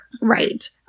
Right